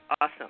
awesome